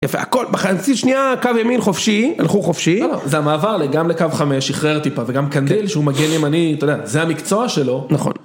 יפה, הכל בחצי שנייה, קו ימין חופשי, הלכו חופשי, זה המעבר גם לקו חמש, שחרר טיפה וגם קנדל שהוא מגן ימני, אתה יודע, זה המקצוע שלו, נכון.